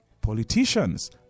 politicians